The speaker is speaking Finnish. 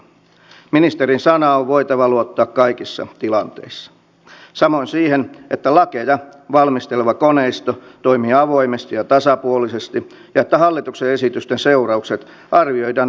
ministerin sana on voitava luottaa pitää muistaa myös se että harmaa talous kulkee myös kumipyörillä joten riittävä rahoitus ja resursointi liikennevalvontaan on turvattava